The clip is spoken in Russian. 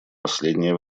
последнее